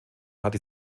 hatte